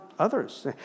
Others